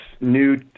new